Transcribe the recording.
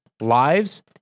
lives